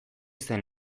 zen